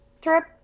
trip